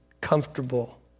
comfortable